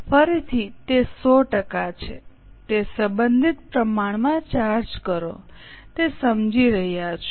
ફરીથી તે 100 ટકા છે તે સંબંધિત પ્રમાણમાં ચાર્જ કરો તે સમજી રહ્યા છો